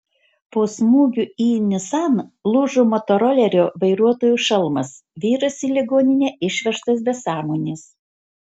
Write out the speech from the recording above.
po smūgio į nissan lūžo motorolerio vairuotojo šalmas vyras į ligoninę išvežtas be sąmonės